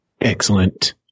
Excellent